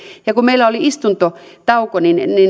kun meillä oli istuntotauko